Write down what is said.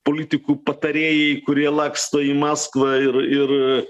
politikų patarėjai kurie laksto į maskvą ir ir